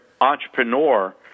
entrepreneur